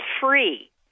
free